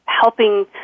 helping